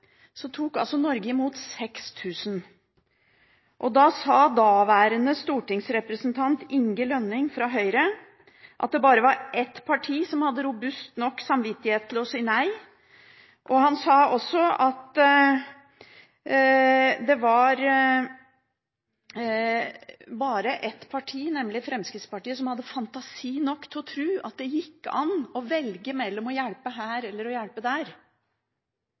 tok Norge imot 6 000. Da sa daværende stortingsrepresentant Inge Lønning fra Høyre at det bare var ett parti som hadde «robust nok samvittighet» til å si nei. Han sa også at det bare var ett parti, nemlig Fremskrittspartiet, som hadde «fantasi nok» til å tro at det gikk an å velge mellom å hjelpe her og å hjelpe der.